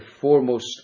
foremost